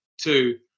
two